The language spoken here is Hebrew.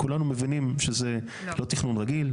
כולנו מבינים שזה לא תכונן רגיל.